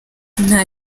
nta